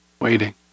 waiting